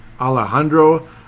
Alejandro